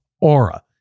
Aura